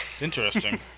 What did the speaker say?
Interesting